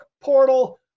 portal